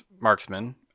marksman